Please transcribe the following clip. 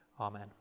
Amen